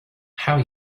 how